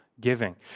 giving